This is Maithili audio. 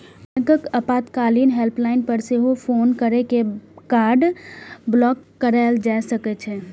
बैंकक आपातकालीन हेल्पलाइन पर सेहो फोन कैर के कार्ड ब्लॉक कराएल जा सकै छै